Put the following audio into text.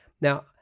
Now